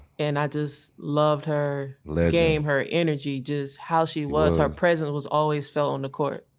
and i just loved her like game, her energy, just how she was. her presence was always felt on the court.